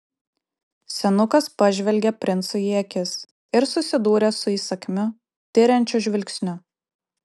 senukas pažvelgė princui į akis ir susidūrė su įsakmiu tiriančiu žvilgsniu